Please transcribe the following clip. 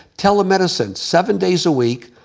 telemedicine seven days a week,